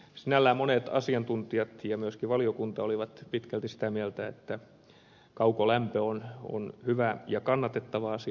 sinällään monet asiantuntijat ja myöskin valiokunta olivat pitkälti sitä mieltä että kaukolämpö on hyvä ja kannatettava asia